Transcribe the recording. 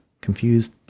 confused